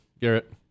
Garrett